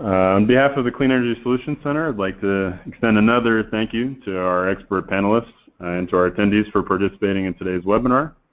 on behalf of the clean energy solutions center i'd like to extend another thank you to our expert panelists and to our attendees for participating in today's webinar.